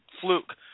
fluke